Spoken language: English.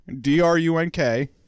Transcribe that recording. D-R-U-N-K